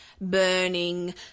burning